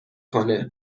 کنه